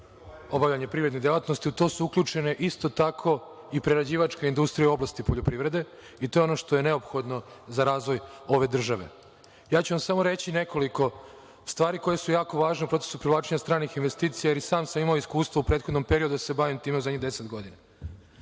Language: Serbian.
obavljanje privredne delatnosti. U to su uključene isto tako i prerađivačka industrija u oblasti poljoprivrede i to je ono što je neophodno za razvoj ove države. Samo ću vam reći nekoliko stvari koje su važne u procesu privlačenja stranih investicija, jer i sam sam imao iskustvo u prethodnom periodu da se bavim time, poslednjih deset godina.